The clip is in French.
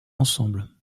ensemble